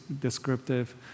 descriptive